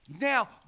now